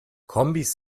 kombis